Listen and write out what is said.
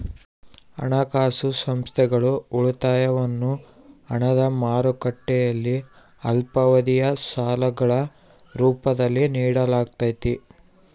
ಹಣಕಾಸು ಸಂಸ್ಥೆಗಳು ಉಳಿತಾಯವನ್ನು ಹಣದ ಮಾರುಕಟ್ಟೆಯಲ್ಲಿ ಅಲ್ಪಾವಧಿಯ ಸಾಲಗಳ ರೂಪದಲ್ಲಿ ನಿಡಲಾಗತೈತಿ